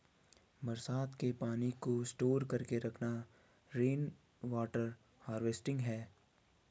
बरसात के पानी को स्टोर करके रखना रेनवॉटर हारवेस्टिंग है